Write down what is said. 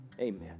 Amen